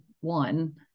one